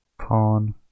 pawn